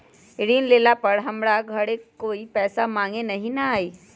ऋण लेला पर हमरा घरे कोई पैसा मांगे नहीं न आई?